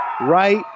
right